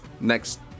next